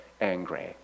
angry